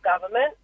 government